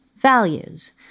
values